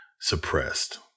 suppressed